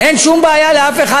ואין שום בעיה לאף אחד,